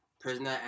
Prisoner